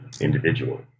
individual